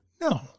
No